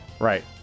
Right